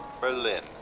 Berlin